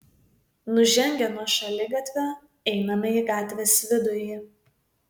nužengę nuo šaligatvio einame į gatvės vidurį